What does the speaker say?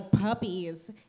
puppies